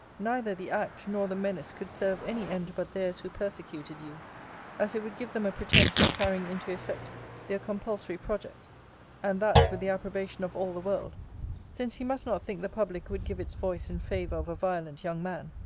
neither the act nor the menace could serve any end but theirs who persecuted you as it would give them a pretence for carrying into effect their compulsory projects and that with the approbation of all the world since he must not think the public would give its voice in favour of a violent young man,